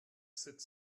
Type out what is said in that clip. sept